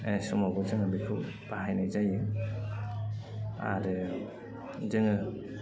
समावबो जोङो बेखौ बाहायनाय जायो आरो जोङो